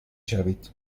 شوید